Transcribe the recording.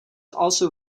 also